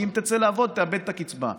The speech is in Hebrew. כי אם תצא לעבוד תאבד את הקצבה.